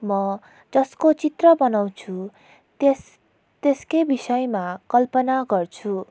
म जसको चित्र बनाउँछु त्यस त्यसकै विषयमा कल्पना गर्छु